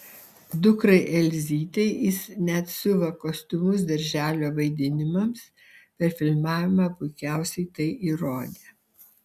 dukrai elzytei jis net siuva kostiumus darželio vaidinimams per filmavimą puikiausiai tai įrodė